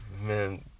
Man